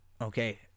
Okay